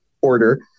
order